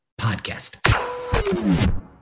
Podcast